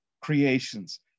creations